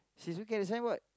she's looking at the signboard